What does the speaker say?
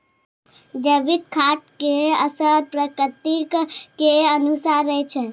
जैविक खाद के असर प्रकृति के अनुसारे रहै छै